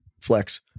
Flex